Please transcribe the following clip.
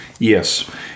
Yes